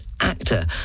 actor